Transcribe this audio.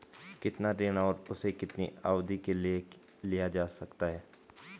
कितना ऋण और उसे कितनी अवधि के लिए लिया जा सकता है?